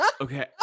Okay